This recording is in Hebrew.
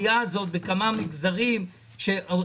מבחינה תקציבית?